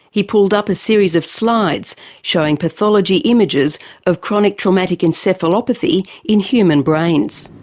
he pulled up a series of slides showing pathology images of chronic traumatic encephalopathy in human brains.